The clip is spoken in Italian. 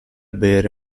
bere